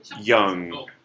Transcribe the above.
young